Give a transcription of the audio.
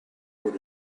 for